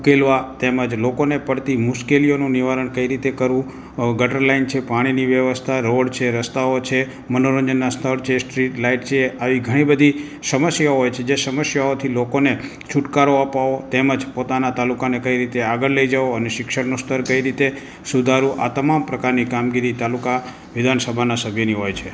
ઉકેલવા તેમજ લોકોને પડતી મુશ્કેલીઓનું નિવારણ કઈ રીતે કરવું અ ગટર લાઇન છે પાણીની વ્યવસ્થા રોડ છે રસ્તાઓ છે મનોરંજનના સ્થળ છે સ્ટ્રીટ લાઇટ છે આવી ઘણી બધી સમસ્યાઓ હોય છે જે સમસ્યાઓથી લોકોને છૂટકારો અપાવવો તેમજ પોતાના તાલુકાને કઈ રીતે આગળ લઈ જવો અને શિક્ષણનું સ્તર કઈ રીતે સુધારવું આ તમામ પ્રકારની કામગીરી તાલુકા વિધાનસભાના સભ્યની હોય છે